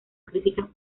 críticas